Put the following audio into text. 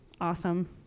awesome